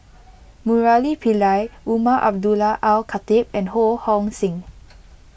Murali Pillai Umar Abdullah Al Khatib and Ho Hong Sing